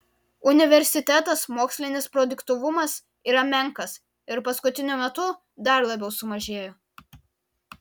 universitetas mokslinis produktyvumas yra menkas ir paskutiniu metu dar labiau sumažėjo